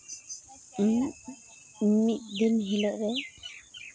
ᱢᱤᱫ ᱫᱤᱱ ᱦᱤᱞᱳᱜ ᱨᱮ